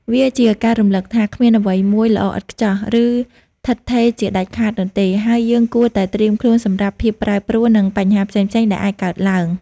វាជាការរំលឹកថា គ្មានអ្វីមួយល្អឥតខ្ចោះ ឬឋិតថេរជាដាច់ខាតនោះទេ ហើយយើងគួរតែត្រៀមខ្លួនសម្រាប់ភាពប្រែប្រួល និងបញ្ហាផ្សេងៗដែលអាចកើតឡើង។